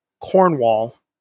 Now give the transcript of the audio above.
cornwall